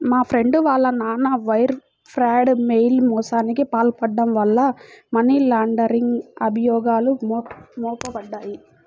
మా ఫ్రెండు వాళ్ళ నాన్న వైర్ ఫ్రాడ్, మెయిల్ మోసానికి పాల్పడటం వల్ల మనీ లాండరింగ్ అభియోగాలు మోపబడ్డాయి